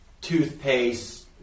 toothpaste